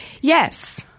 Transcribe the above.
Yes